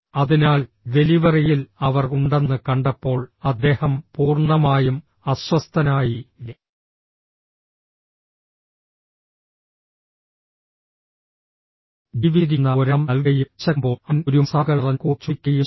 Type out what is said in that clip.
അതിനാൽ ഡെലിവറിയിൽ അവർ ഉണ്ടെന്ന് കണ്ടപ്പോൾ അദ്ദേഹം പൂർണ്ണമായും അസ്വസ്ഥനായി ജീവിച്ചിരിക്കുന്ന ഒരെണ്ണം നൽകുകയും വിശക്കുമ്പോൾ അവൻ ഒരു മസാലകൾ നിറഞ്ഞ കോഴി ചോദിക്കുകയും ചെയ്തു